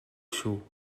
шүү